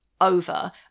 over